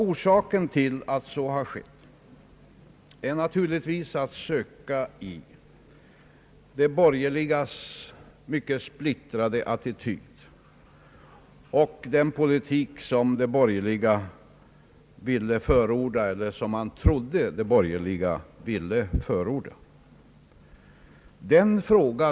Orsaken härtill är naturligtvis att söka i de borgerligas mycket splittrade attityd och i den politik som man trodde att de borgerliga ville förorda.